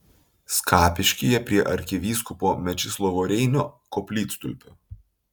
skapiškyje prie arkivyskupo mečislovo reinio koplytstulpio